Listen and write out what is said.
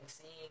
seeing